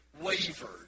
wavered